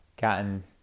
gotten